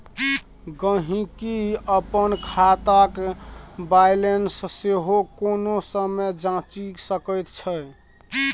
गहिंकी अपन खातक बैलेंस सेहो कोनो समय जांचि सकैत छै